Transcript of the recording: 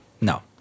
no